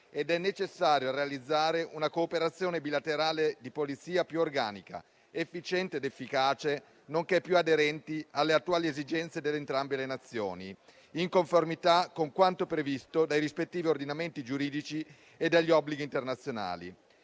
ed è necessario a realizzare una cooperazione bilaterale di polizia più organica, efficiente ed efficace nonché più aderente alle attuali esigenze di entrambe le Nazioni, in conformità con quanto previsto dai rispettivi ordinamenti giuridici e dagli obblighi internazionali.